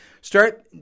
Start